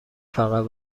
فقط